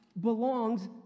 belongs